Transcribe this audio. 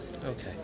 okay